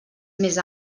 més